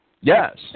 Yes